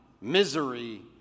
misery